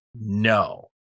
No